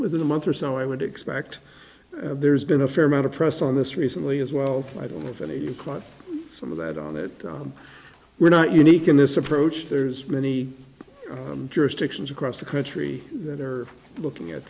within a month or so i would expect there's been a fair amount of press on this recently as well i don't know of anyone quite some of that on that we're not unique in this approach there's many jurisdictions across the country that are looking at